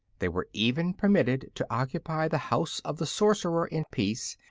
they were even permitted to occupy the house of the sorcerer in peace,